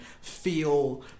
feel